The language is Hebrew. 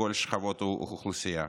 מכל שכבות האוכלוסייה,